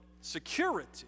security